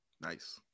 Nice